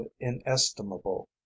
inestimable